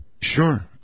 Sure